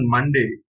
Monday